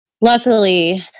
luckily